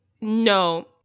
no